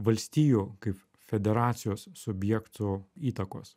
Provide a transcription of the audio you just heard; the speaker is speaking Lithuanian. valstijų kaip federacijos subjektų įtakos